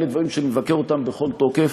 אלה דברים שאני מבקר אותם בכל תוקף,